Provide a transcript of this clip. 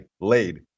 laid